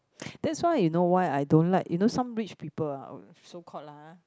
that's why you know why I don't like you know some rich people ah so called lah ah